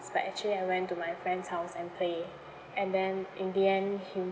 but actually I went to my friend's house and play and then in the end he